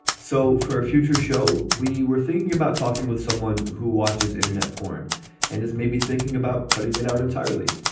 so for a future show, we were thinking about talking with someone who watches internet porn and is maybe thinking about cutting it out entirely.